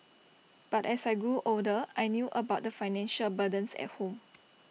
but as I grew older I knew about the financial burdens at home